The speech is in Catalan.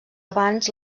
abans